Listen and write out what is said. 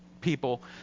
people